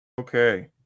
Okay